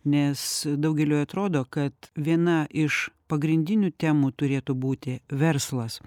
nes daugeliui atrodo kad viena iš pagrindinių temų turėtų būti verslas